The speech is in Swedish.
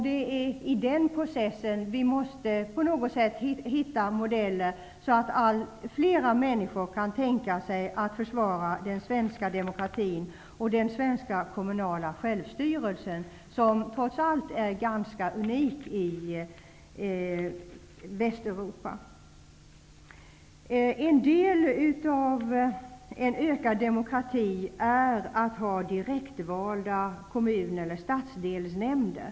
Det är i den processen som vi på något sätt måste hitta modeller, så att flera människor kan tänka sig att försvara den svenska demokratin och den svenska kommunala självstyrelsen, som trots allt är ganska unik i En del av en ökad demokrati är att ha direktvalda kommun eller stadsdelsnämnder.